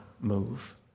move